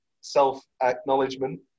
self-acknowledgement